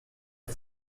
est